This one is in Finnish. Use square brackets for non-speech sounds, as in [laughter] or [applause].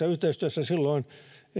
[unintelligible] yhteistyössä silloin